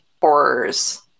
horrors